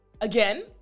Again